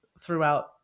throughout